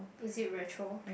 is it Retro